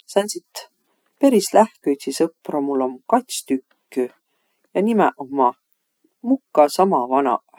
Sääntsit peris lähküidsi sõpru mul om kats tükkü. Ja nimäq ommaq mukka sama vanaq.